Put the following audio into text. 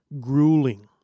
grueling